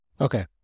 Okay